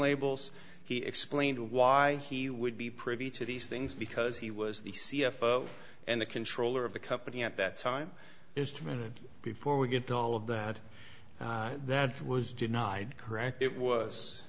labels he explained why he would be privy to these things because he was the c f o and the controller of the company at that time is two minutes before we get all of that that was denied correct it was